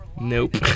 Nope